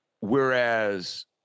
Whereas